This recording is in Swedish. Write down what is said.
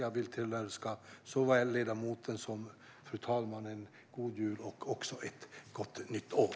Jag vill tillönska såväl ledamoten som fru talmannen en god jul och ett gott nytt år.